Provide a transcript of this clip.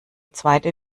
zweite